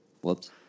Whoops